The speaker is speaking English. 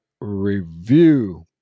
review